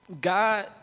God